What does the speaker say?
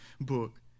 book